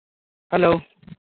hello